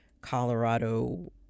Colorado